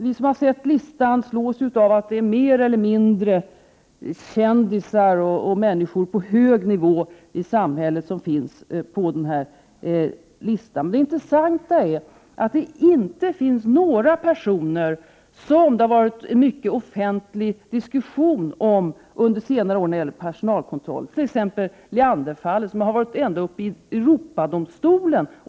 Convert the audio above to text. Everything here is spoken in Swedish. Vi som har sett listan i det sammanhanget slås av att det är mer eller mindre kända personer och människor på hög nivå i samhället som finns med där. Men det intressanta är att det inte finns några uppgifter där om personer som det har varit en omfattande offentlig diskussion om under senare år när det gäller personalkontrollen. Jag tänker då på t.ex. Leanderfallet, som prövats ända upp i Europadomstolen.